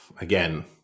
again